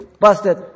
busted